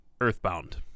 Earthbound